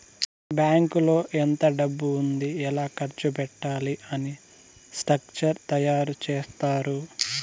బ్యాంకులో ఎంత డబ్బు ఉంది ఎలా ఖర్చు పెట్టాలి అని స్ట్రక్చర్ తయారు చేత్తారు